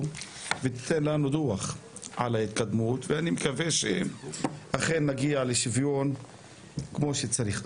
ותיתן לנו דוח על ההתקדמות ואני מקווה שאכן נגיע לשוויון כמו שצריך.